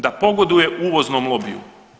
Da pogoduje uvoznom lobiju.